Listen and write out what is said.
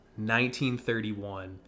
1931